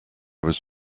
was